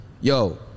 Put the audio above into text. yo